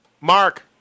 Mark